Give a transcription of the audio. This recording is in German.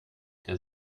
der